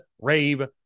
rave